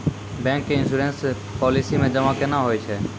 Bank के insurance policy मे जमा केना होय छै?